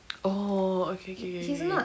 oh ookay okay